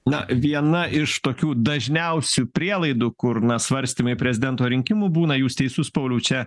na viena iš tokių dažniausių prielaidų kur na svarstymai prezidento rinkimų būna jūs teisus pauliau čia